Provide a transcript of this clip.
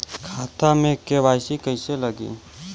खाता में के.वाइ.सी कइसे लगी?